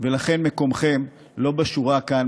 ולכן מקומכם לא בשורה כאן,